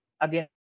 Again